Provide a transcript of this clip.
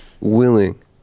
willing